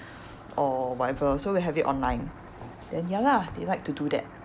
or whatever so we have it online then ya lah they like to do that